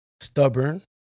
stubborn